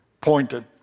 Pointed